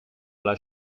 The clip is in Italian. alla